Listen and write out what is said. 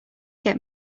get